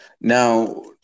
Now